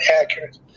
accurate